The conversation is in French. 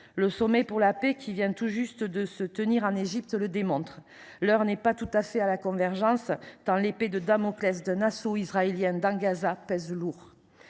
Le sommet pour la paix qui vient tout juste de se tenir en Égypte le démontre : l’heure n’est pas tout à fait à la convergence, tant l’épée de Damoclès d’un assaut israélien sur Gaza pèse lourd.